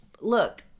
Look